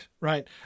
right